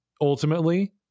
ultimately